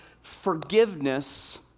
forgiveness